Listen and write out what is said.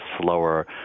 slower